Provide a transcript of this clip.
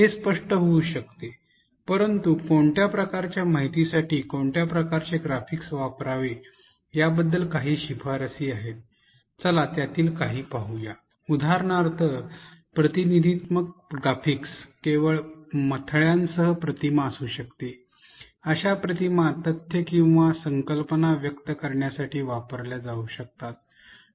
हे स्पष्ट होऊ शकते परंतु कोणत्या प्रकारच्या माहितीसाठी कोणत्या प्रकारचे ग्राफिक्स वापरावे याबद्दल काही शिफारसी आहेत चला त्यातील काही पाहू या उदाहरणार्थ प्रतिनिधिकात्म ग्राफिक्स मध्ये केवळ प्रतिमा काही महितसह असू शकते अशा प्रतिमा संकल्पना व्यक्त करण्यासाठी वापरल्या जाऊ शकतात